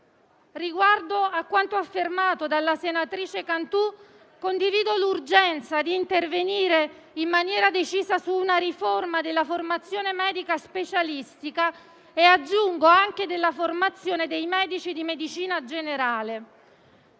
Riguardo a quanto affermato dalla senatrice Cantù, condivido l'urgenza di intervenire in maniera decisa su una riforma della formazione medica specialistica e, aggiungo, anche dei medici di medicina generale.